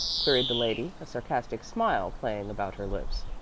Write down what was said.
queried the lady, a sarcastic smile playing about her lips.